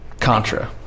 Contra